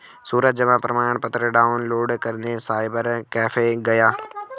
सूरज जमा प्रमाण पत्र डाउनलोड करने साइबर कैफे गया